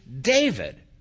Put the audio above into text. David